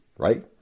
right